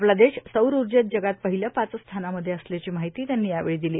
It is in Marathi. आपला देश सौर उर्जेत जगात पहिल्या पाच स्थानांमधे असल्याची माहिती त्यांनी यावेळी दिली